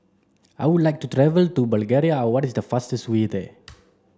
I would like to travel to Bulgaria what is the fastest way there